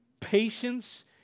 patience